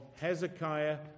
Hezekiah